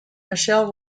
michelle